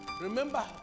Remember